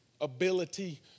ability